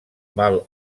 mal